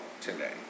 today